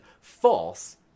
false